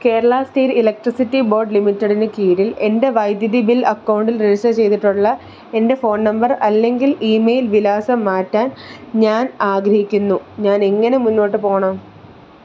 Kerala state electricity board ലിമിറ്റഡിന് കീഴിൽ എൻ്റെ വൈദ്യുതി ബിൽ അക്കൗണ്ടിൽ രജിസ്റ്റർ ചെയ്തിട്ടുള്ള എൻ്റെ ഫോൺ നമ്പർ അല്ലങ്കിൽ ഇമെയിൽ വിലാസം മാറ്റാൻ ഞാൻ ആഗ്രഹിക്കുന്നു ഞാൻ എങ്ങനെ മുന്നോട്ട് പോകണം